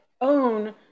own